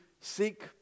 seek